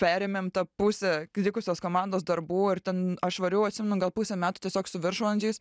perėmėm tą pusę likusios komandos darbų ir ten aš variau atsimenu gal pusę metų tiesiog su viršvalandžiais